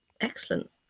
excellent